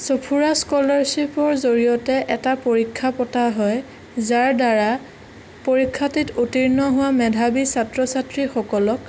সঁফুৰা স্কলাৰছিপৰ জৰিয়তে এটা পৰীক্ষা পতা হয় যাৰ দ্বাৰা পৰীক্ষাটোত উত্তিৰ্ণ হোৱা মেধাৱী ছাত্ৰ ছাত্ৰীসকলক